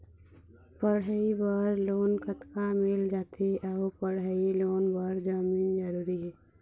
पढ़ई बर लोन कतका मिल जाथे अऊ पढ़ई लोन बर जमीन जरूरी हे?